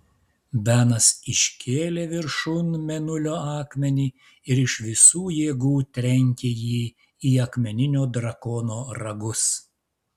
benas iškėlė viršun mėnulio akmenį ir iš visų jėgų trenkė jį į akmeninio drakono ragus